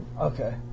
Okay